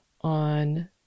on